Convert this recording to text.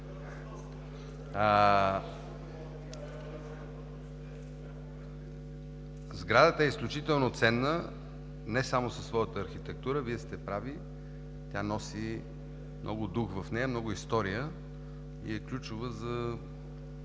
Сградата е изключително ценна не само със своята архитектура, Вие сте прав. Тя носи в себе си много дух, много история и е ключова за